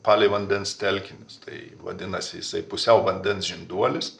palei vandens telkinius tai vadinasi jisai pusiau vandens žinduolis